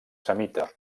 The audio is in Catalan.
semita